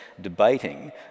debating